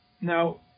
Now